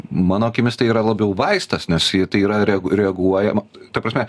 mano akimis tai yra labiau vaistas nes jei į tai yra reag reaguojama ta prasme